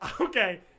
okay